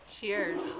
Cheers